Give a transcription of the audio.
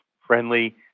friendly